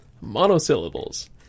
monosyllables